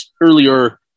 earlier